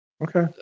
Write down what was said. Okay